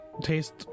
taste